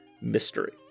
mystery